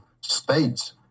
states